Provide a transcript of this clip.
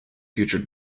future